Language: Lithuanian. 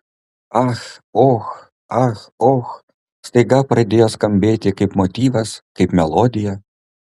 ach och ach och staiga pradėjo skambėti kaip motyvas kaip melodija